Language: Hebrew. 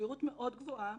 בסבירות מאוד גבוהה,